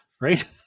Right